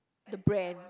the brand